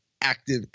active